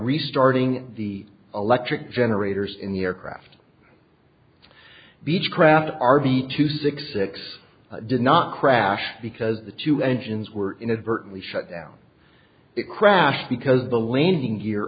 restarting the electric generators in the aircraft beechcraft r v two six six did not crash because the two engines were inadvertently shut down it crashed because the landing gear